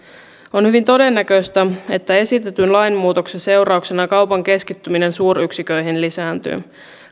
on hyvin todennäköistä että esitetyn lainmuutoksen seurauksena kaupan keskittyminen suuryksiköihin lisääntyy